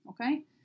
Okay